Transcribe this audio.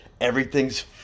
Everything's